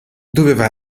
doveva